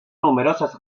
numerosas